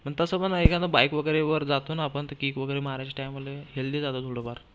पण तसं पण आता बाईक वगैरेवर जातो ना आपण तर किक वगैरे मारायच्या टाईमाला हेल्दी जातं थोडंफार